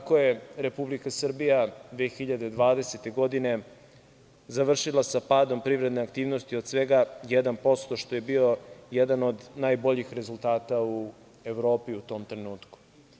Tako je Republika Srbija 2020. godine završila sa padom privredne aktivnosti od svega 1%, što je bio jedan od najboljih rezultata u Evropi u tom trenutku.